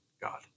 God